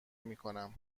میکنم